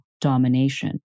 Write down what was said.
domination